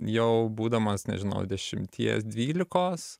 jau būdamas nežinau dešimties dvylikos